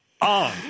on